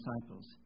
disciples